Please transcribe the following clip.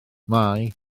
mai